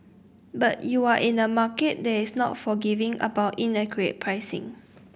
but you're in the market that's not forgiving about inaccurate pricing